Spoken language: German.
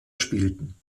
spielten